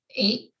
eight